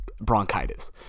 bronchitis